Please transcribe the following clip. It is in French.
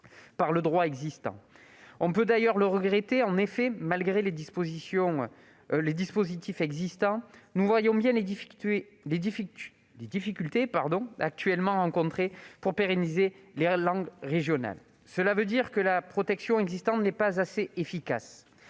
par le droit en vigueur. On peut d'ailleurs le regretter. En effet, malgré les dispositifs existants, nous voyons bien les difficultés actuellement rencontrées pour pérenniser les langues régionales. Cela veut dire que la protection actuelle n'est pas assez efficace.